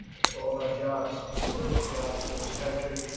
it's all about jobs. it's ah jobs for this country.